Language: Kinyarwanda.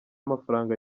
mafaranga